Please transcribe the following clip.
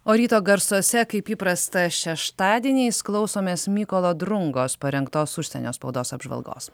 o ryto garsuose kaip įprasta šeštadieniais klausomės mykolo drungos parengtos užsienio spaudos apžvalgos